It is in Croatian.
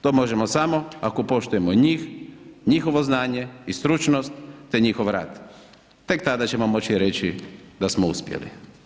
To možemo samo ako poštujemo njih, njihovo znanje i stručnost te njihov rad, tek tada ćemo moći reći da smo uspjeli.